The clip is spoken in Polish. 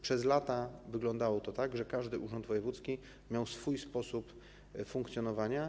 Przez lata wyglądało to tak, że każdy urząd wojewódzki miał swój własny sposób funkcjonowania.